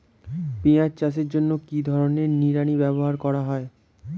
পিঁয়াজ চাষের জন্য কি ধরনের নিড়ানি ব্যবহার করা হয়?